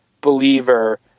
believer